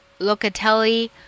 Locatelli